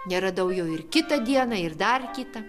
neradau jo ir kitą dieną ir dar kitą